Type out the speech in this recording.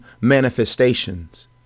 manifestations